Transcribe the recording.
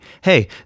hey